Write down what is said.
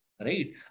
right